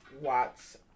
Watts